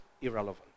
irrelevant